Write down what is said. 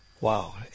Wow